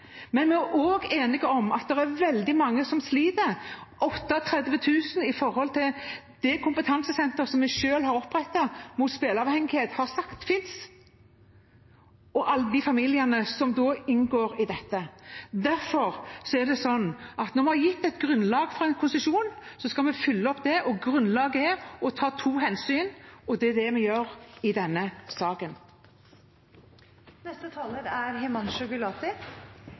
veldig mange som sliter – 38 000, ifølge det kompetansesenteret vi selv har opprettet mot spilleavhengighet – og alle de familiene som inngår i dette. Derfor er det sånn at når vi har gitt et grunnlag for en konsesjon, så skal vi følge opp det. Grunnlaget er å ta to hensyn, og det er det vi gjør i denne saken. Det er